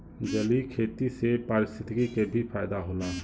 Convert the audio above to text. जलीय खेती से पारिस्थितिकी के भी फायदा होला